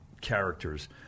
characters